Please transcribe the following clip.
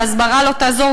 והסברה לא תעזור.